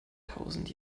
tausend